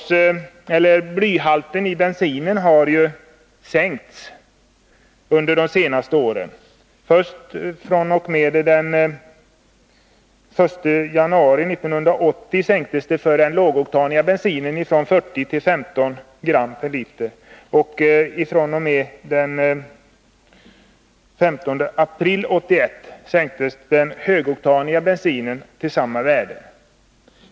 Blyhalten i bensinen har sänkts under de senaste åren. fr.o.m. den 1 januari 1980 sänktes den för den lågoktaniga bensinen från 40 till 15 gram per liter, och fr.o.m. den 15 april 1981 sänktes blyhalten i den högoktaniga bensinen till samma värde.